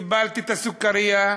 קיבלתי את הסוכרייה,